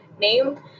name